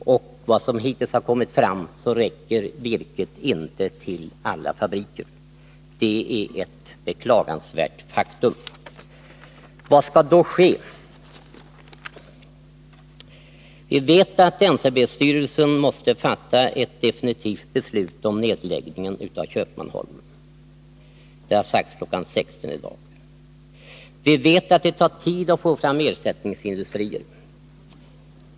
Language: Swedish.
Av vad som hittills har redovisats framgår att virket inte räcker till alla fabrikerna. Det är ett beklagansvärt faktum. Vad skall då ske nu? Vi vet att NCB:s styrelse måste fatta ett definitivt beslut om nedläggning av Köpmanholmen, och det har sagts att det skall ske kl. 16.00 i dag. Vi vet att det tar tid att få fram ersättningsindustrier.